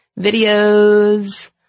videos